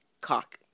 Cock